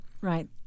Right